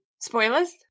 spoilers